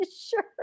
sure